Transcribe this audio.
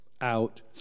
out